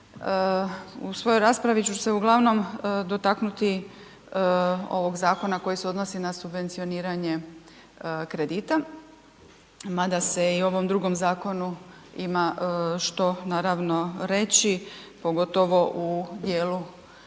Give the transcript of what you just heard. U svojoj raspravi ću se uglavnom dotaknuti ovog zakona koji se odnosi na subvencioniranje kredita mada se i ovom drugom zakonu ima što naravno reći pogotovo u dijelu koji